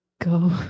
go